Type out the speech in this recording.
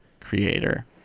creator